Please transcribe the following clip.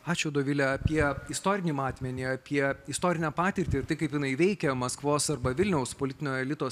ačiū dovile apie istorinį matmenį apie istorinę patirtį taip kaip jinai veikia maskvos arba vilniaus politinio elito